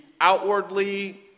outwardly